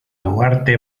duarte